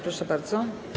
Proszę bardzo.